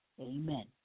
Amen